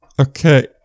Okay